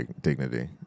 dignity